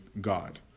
God